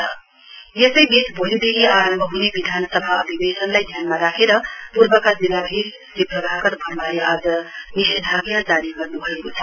prohibitory order यसैवीच भोलिदेखि आरम्भ हने विधानसभा अधिवेशनलाई ध्यानमा राखेर पूर्वका जिल्लाधीश श्री प्रभाकर वर्माले आज निषेधाना जारी गर्नु भएको छ